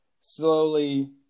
slowly